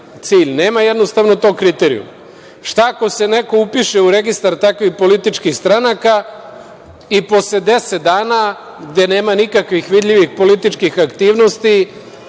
cilj. Nema jednostavno tog kriterijuma. Šta ako se neko upiše u registar takvih političkih stranaka i posle 10 dana, gde nema nikakvih vidljivih političkih aktivnosti,